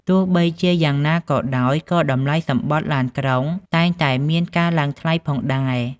ទោះបីជាយ៉ាងណាក៏ដោយ ក៏តម្លៃសំបុត្រឡានក្រុងតែងតែមានការឡើងថ្លៃផងដែរ។